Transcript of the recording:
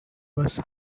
was